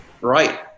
Right